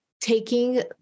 taking